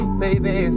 baby